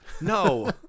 No